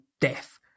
death